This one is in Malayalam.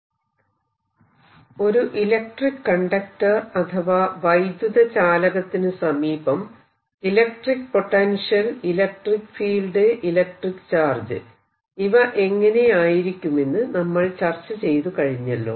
ചാലകങ്ങളുടെ റെസിപ്രോസിറ്റി തിയറം I ഒരു ഇലക്ട്രിക്ക് കണ്ടക്ടർ അഥവാ വൈദ്യുത ചാലകത്തിനു സമീപം electric potential electric field electric charge ഇവ എങ്ങനെയായിരിക്കുമെന്ന് നമ്മൾ ചർച്ച ചെയ്തു കഴിഞ്ഞല്ലോ